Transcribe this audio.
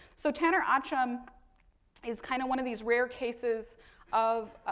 so, taner ackam is kind of one of these rare cases of